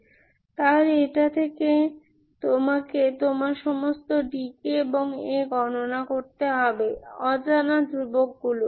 সুতরাং এটা থেকে তোমাকে তোমার সমস্ত dk এবং A গণনা করতে হবে অজানা ধ্রুবকগুলি